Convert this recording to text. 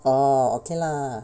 oh okay lah